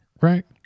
Right